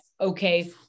okay